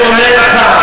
אני אומר לך,